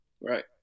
Right